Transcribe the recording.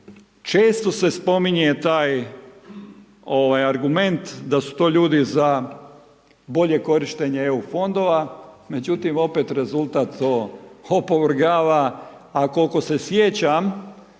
Često se spominje taj argument da su to ljudi za bolje korištenje EU fondova, međutim, rezultat to opravdava, a koliko se sjećam